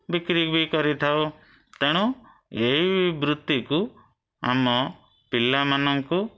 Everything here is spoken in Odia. ବିକ୍ରୀ ବି କରିଥାଉ ତେଣୁ ଏହି ବୃତ୍ତିକୁ ଆମ ପିଲାମାନଙ୍କୁ